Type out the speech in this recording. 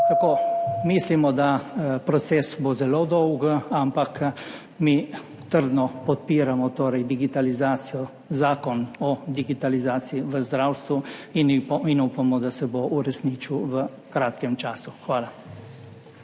Tako. Mislimo, da proces bo zelo dolg, ampak mi trdno podpiramo torej digitalizacijo, Zakon o digitalizaciji v zdravstvu in, in upamo, da se bo uresničil v kratkem času. Hvala.